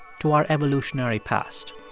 to our evolutionary past.